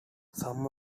some